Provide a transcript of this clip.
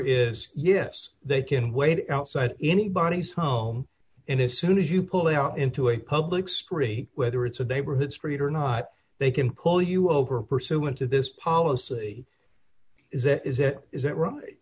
is yes they can wait outside anybody's home and as soon as you pull out into a public street whether it's a neighborhood street or not they can pull you over pursuant to this policy is that is it is that right